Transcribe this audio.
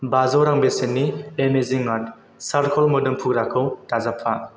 बाजौ रां बेसेननि एमेजिं आर्थ चारकोल मोदोम फुग्राखौ दाजाबफा